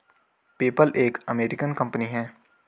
PayPal एक American company है